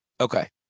Okay